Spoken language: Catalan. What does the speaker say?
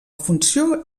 funció